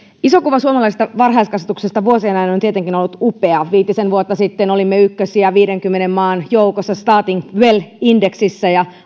iso kuva suomalaisesta varhaiskasvatuksesta vuosien ajan on on tietenkin ollut upea viitisen vuotta sitten olimme ykkösiä viidenkymmenen maan joukossa starting well indeksissä ja